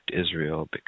Israel